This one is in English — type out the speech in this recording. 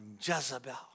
Jezebel